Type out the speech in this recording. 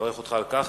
ומברך אותך על כך.